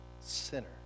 sinner